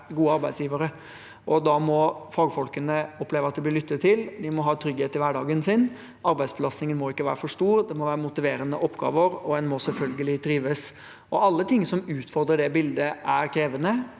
være gode arbeidsgivere. Da må fagfolkene oppleve at de blir lyttet til, de må ha trygghet i hverdagen sin, arbeidsbelastningen må ikke være for stor, det må være motiverende oppgaver, og en må selvfølgelig trives. Alle ting som utfordrer det bildet, er krevende